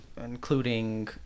including